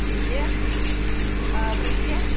India Africa